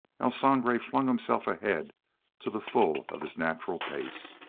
el sangre flung himself ahead to the full of his natural pace.